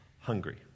hungry